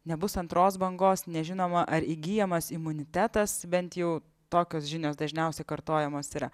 nebus antros bangos nežinoma ar įgyjamas imunitetas bent jau tokios žinios dažniausiai kartojamos yra